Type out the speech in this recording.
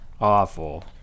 awful